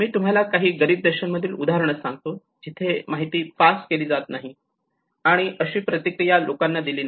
मी तुम्हाला काही गरीब देशांमधील उदाहरणे सांगतो जिथे माहिती पास केली जात नाही आणि अशी प्रतिक्रिया लोकांनी दिली नाही